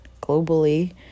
globally